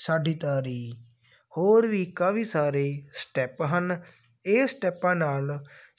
ਸਾਡੀ ਤਾਰੀ ਹੋਰ ਵੀ ਕਾਫੀ ਸਾਰੇ ਸਟੈਪ ਹਨ ਇਹ ਸਟੈਪਾਂ ਨਾਲ